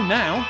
now